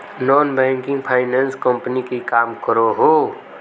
Non banking finance company की काम करोहो?